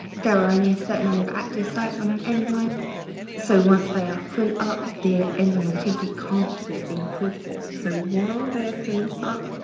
there are only a certain number of active sites on an enzyme so once they are full up, the enzyme activity can't keep increasing. so while they are filling up,